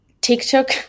TikTok